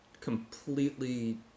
completely